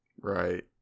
Right